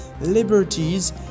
Liberties